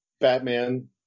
Batman